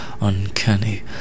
uncanny